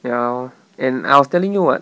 ya lor and I was telling you [what]